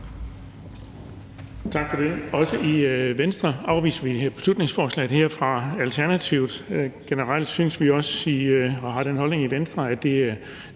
Tak for det. Også i Venstre afviser vi beslutningsforslaget her fra Alternativet. Generelt har vi den holdning i Venstre,